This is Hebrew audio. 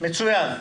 מצוין.